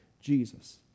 Jesus